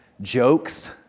jokes